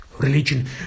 religion